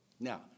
Now